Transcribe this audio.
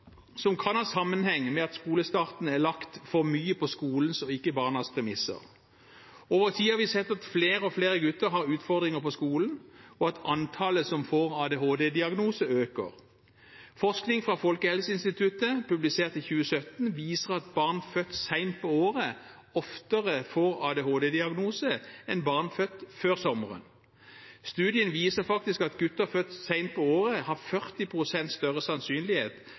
som kan ha sammenheng med at skolestarten er lagt for mye på skolens og ikke barnas premisser. Over tid har vi sett at flere og flere gutter har utfordringer på skolen, og at antallet som får ADHD-diagnose, øker. Forskning fra Folkehelseinstituttet, publisert i 2017, viser at barn født sent på året oftere får ADHD-diagnose enn barn født før sommeren. Studien viser faktisk at gutter født sent på året har 40 pst. større sannsynlighet